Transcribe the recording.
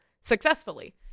successfully